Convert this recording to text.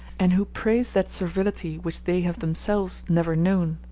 and who praise that servility which they have themselves never known.